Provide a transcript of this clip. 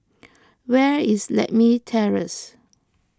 where is Lakme Terrace